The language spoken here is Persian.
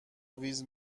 اویز